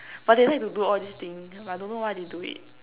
but they like to do all these thing but I don't know why they do it